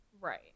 Right